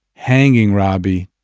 hanging, robby,